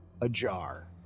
ajar